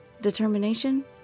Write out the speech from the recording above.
Determination